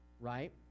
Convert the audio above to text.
right